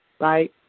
right